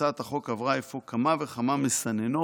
הצעת החוק עברה אפוא כמה וכמה מסננות